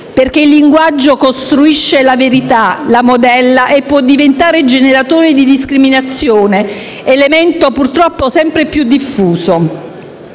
perché il linguaggio costruisce la realtà, la modella e può diventare generatore di discriminazione, elemento purtroppo sempre più diffuso